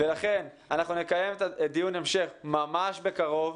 לכן אנחנו נקיים דיון המשך ממש בקרוב.